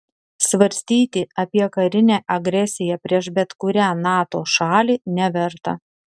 svarstyti apie karinę agresiją prieš bet kurią nato šalį neverta